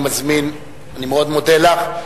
אני מאוד מודה לך,